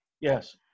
Yes